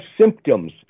symptoms